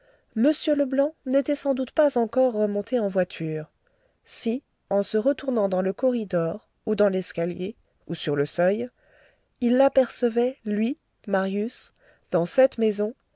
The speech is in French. m leblanc n'était sans doute pas encore remonté en voiture si en se retournant dans le corridor ou dans l'escalier ou sur le seuil il l'apercevait lui marius dans cette maison